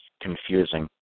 confusing